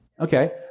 Okay